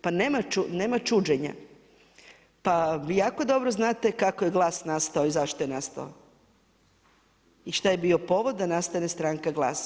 Pa nema čuđenja, pa vi jako dobro znate kako je Glas nastao i zašto je nastao i šta je bio povod da nastane stranka Glas.